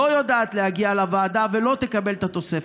לא יודעת להגיע לוועדה ולא תקבל את התוספת.